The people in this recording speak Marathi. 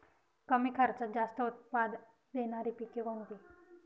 कमी खर्चात जास्त उत्पाद देणारी पिके कोणती?